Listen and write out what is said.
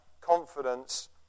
confidence